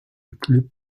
club